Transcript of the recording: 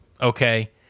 okay